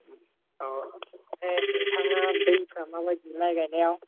औ ए नोंथांना दैफ्रा माबादि माइ गायनायाव